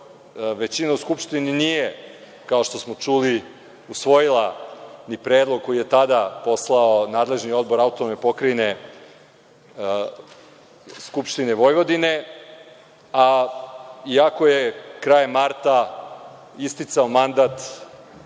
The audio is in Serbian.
većina u Skupštini nije, kao što smo čuli, usvojila ni predlog koji je tada poslao nadležni odbor AP Skupštine Vojvodine, a iako je krajem marta isticao mandat